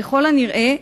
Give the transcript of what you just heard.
ככל הנראה,